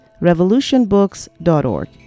revolutionbooks.org